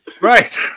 Right